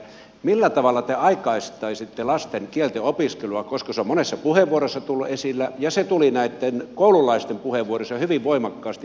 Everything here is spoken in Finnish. millä tavalla te aikaistaisitte lasten kieltenopiskelua koska se on monessa puheenvuorossa tullut esille ja se tuli näitten koululaisten puheenvuoroissa hyvin voimakkaasti esille